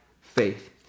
faith